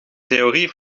theorie